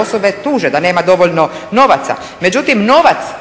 osobe tuže da nema dovoljno novaca,